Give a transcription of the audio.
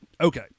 Okay